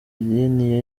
idini